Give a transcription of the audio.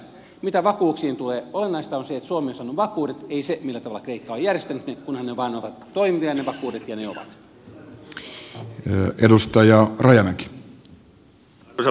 mitä vakuuksiin tulee olennaista on se että suomi on saanut vakuudet ei se millä tavalla kreikka on järjestänyt ne kunhan ne vakuudet vain ovat toimivia ja ne ovat